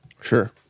Sure